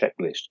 checklist